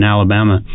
Alabama